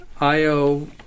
IO